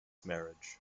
marriage